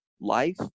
life